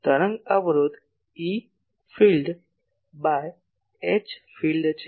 તરંગ અવરોધ E field by H field છે